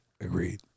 Agreed